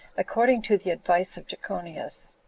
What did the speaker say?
according to the advice of jechonias.